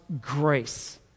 grace